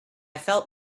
felt